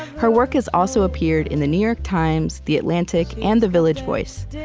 her work has also appeared in the new york times, the atlantic, and the village voice.